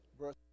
verse